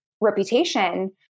reputation